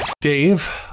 Dave